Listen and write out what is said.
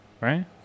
Right